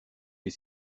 les